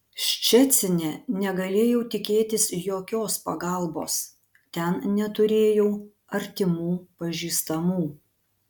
ščecine negalėjau tikėtis jokios pagalbos ten neturėjau artimų pažįstamų